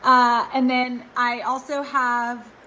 um and then i also have